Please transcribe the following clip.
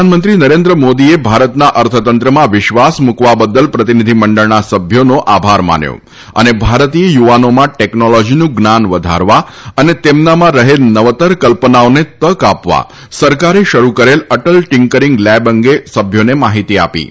પ્રધાનમંત્રી નરેન્દ્ર મોદીએ ભારતના અર્થતંત્રમાં વિશ્વાસ મુકવા બદલ પ્રતિનિધિ મંડળના સભ્યોનો આભાર માન્યો હતો અને ભારતીય યુવાનોમાં ટેકનોલોજીનુ જ્ઞાન વધારવા અને તેમનામાં રહેલ નવતર કલ્પનાઓને તક આપવા સરકારે શરૂ કરેલ અટલ ટીંકરીંગ લેબ અંગે સભ્યોને માહિતી આપી હતી